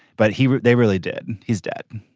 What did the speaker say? but he they really did. he's dead.